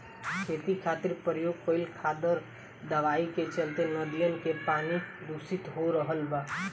खेती खातिर प्रयोग कईल खादर दवाई के चलते नदियन के पानी दुसित हो रहल बा